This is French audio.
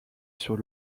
sur